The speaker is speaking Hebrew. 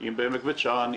אם בעמק בית שאן,